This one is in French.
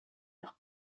leur